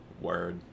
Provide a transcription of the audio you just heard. Word